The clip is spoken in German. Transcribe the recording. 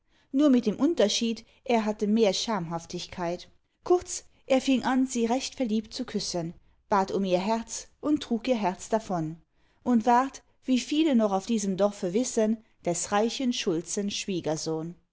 nur mit dem unterscheid er hatte mehr schamhaftigkeit kurz er fing an sie recht verliebt zu küssen bat um ihr herz und trug ihr herz davon und ward wie viele noch auf diesem dorfe wissen des reichen schulzen schwiegersohn